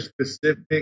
specific